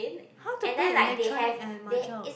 how to play electronic and mahjong